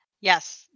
Yes